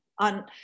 on